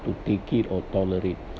to take it or tolerate